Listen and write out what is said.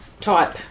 type